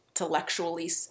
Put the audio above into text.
intellectually